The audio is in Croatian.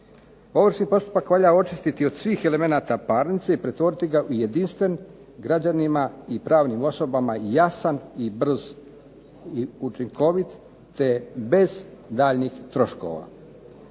Ovršni postupak valja očistiti od svih elemenata parnice i pretvoriti ga u jedinstven građanima i pravnim osobama jasan i brz i učinkovit te bez daljnjih troškova.